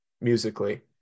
musically